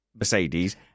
Mercedes